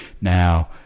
Now